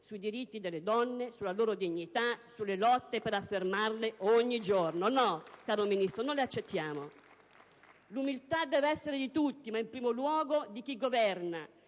sui diritti delle donne, sulla loro dignità, sulle lotte per affermarli ogni giorno. *(Applausi dal Gruppo* *PD)*. No, cara Ministro, non le accettiamo! L'umiltà deve essere di tutti, ma in primo luogo di chi governa